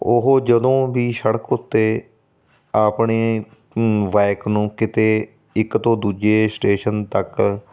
ਉਹ ਜਦੋਂ ਵੀ ਸੜਕ ਉੱਤੇ ਆਪਣੇ ਬਾਇਕ ਨੂੰ ਕਿਤੇ ਇੱਕ ਤੋਂ ਦੂਜੇ ਸ਼ਟੇਸ਼ਨ ਤੱਕ